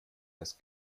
das